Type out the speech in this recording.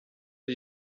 die